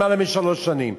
למעלה משלוש שנים.